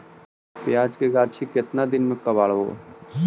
प्याज के गाछि के केतना दिन में कबाड़बै?